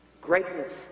greatness